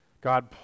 God